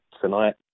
tonight